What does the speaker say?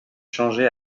changé